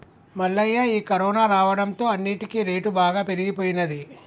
మల్లయ్య ఈ కరోనా రావడంతో అన్నిటికీ రేటు బాగా పెరిగిపోయినది